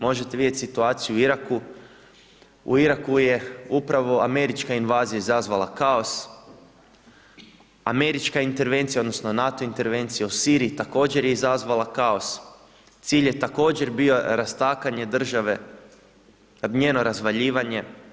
Možete vidjeti situaciju u Iraku, u Iraku je upravo američka invazija izazvala kaos, američka intervencija, odnosno, NATO intervencija u Siriji, također je izazvala kaos, cilj je također bio rastakanje države, njeno razvaljivanje.